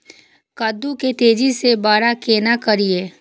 कद्दू के तेजी से बड़ा केना करिए?